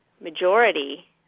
majority